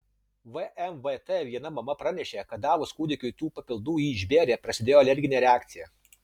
vmvt viena mama pranešė kad davus kūdikiui tų papildų jį išbėrė prasidėjo alerginė reakcija